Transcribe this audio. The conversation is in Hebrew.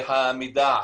המידע,